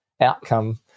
outcome